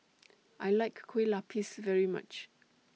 I like Kueh Lapis very much